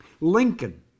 Lincoln